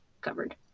covered